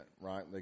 right